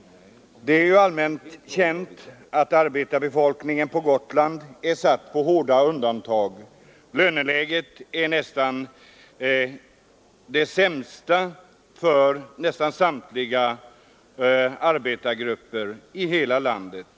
Det är allmänt känt att arbetarbefolkningen på Gotland är satt på hårda undantag. Löneläget är det sämsta för nästan samtliga arbetargrupper i hela landet.